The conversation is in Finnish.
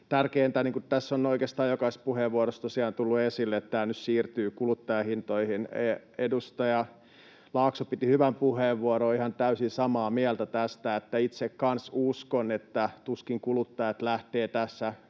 Tärkeintä tässä on, mikä on oikeastaan jokaisessa puheenvuorossa tosiaan tullut esille, että tämä nyt siirtyy kuluttajahintoihin. Edustaja Laakso piti hyvän puheenvuoron, olen ihan täysin samaa mieltä tästä. Itse kanssa uskon, että tuskin kuluttajat lähtevät tässä